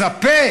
מצפה